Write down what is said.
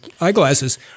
eyeglasses